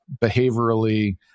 behaviorally